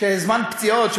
של זמן פציעות,